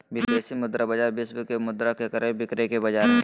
विदेशी मुद्रा बाजार विश्व के मुद्रा के क्रय विक्रय के बाजार हय